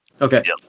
Okay